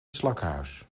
slakkenhuis